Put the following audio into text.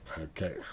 Okay